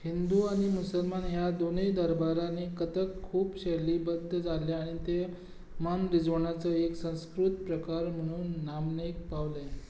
हिंदू आनी मुसलमान ह्या दोनय दरबारांनी कथक खूब शैलीबध्द जाल्लें आनी तें मनरीजवणेचो एक संस्कृत प्रकार म्हणून नामनेक पावलें